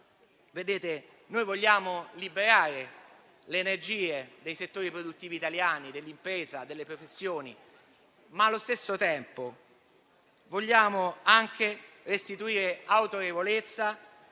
Noi vogliamo liberare le energie dei settori produttivi italiani, dell'impresa, delle professioni. Allo stesso tempo, però, vogliamo anche restituire autorevolezza